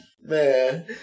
Man